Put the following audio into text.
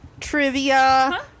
Trivia